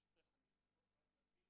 ברשותך, אני רק אדגים משהו.